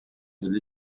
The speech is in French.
elle